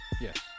Yes